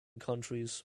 countries